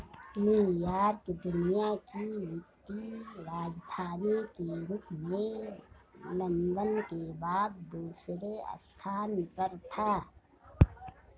New York दुनिया की वित्तीय राजधानी के रूप में लंदन के बाद दूसरे स्थान पर था